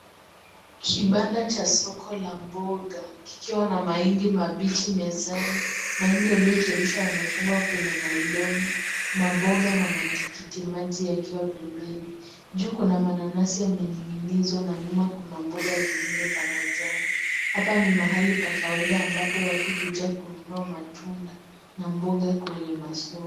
Kibanda cha soko la mboga kikiwa na mahindi mabichi mezani. Mahindi yaliyochemshwa yamefungwa kwenye nailoni, maboga na matikitimaji yakiwa pembeni. Juu kuna mananasi yamening'inizwa na nyuma kuna mboga zingine za majani. Hapa ni pahali pa kawaida ambapo watu huja kununua matunda na mboga kwenye masoko.